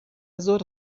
زهره